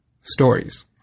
Stories